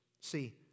See